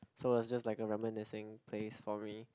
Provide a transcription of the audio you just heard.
so was just like a reminiscing place for me